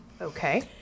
Okay